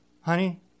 honey